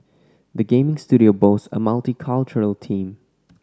the gaming studio boasts a multicultural team